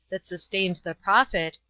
that sustained the prophet,